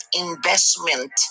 investment